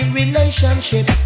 relationship